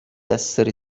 essere